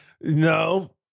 no